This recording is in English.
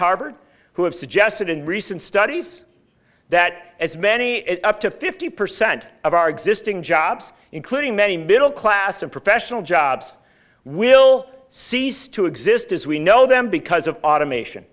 harvard who have suggested in recent studies that as many up to fifty percent of our existing jobs including many middle class and professional jobs will cease to exist as we know them because of automation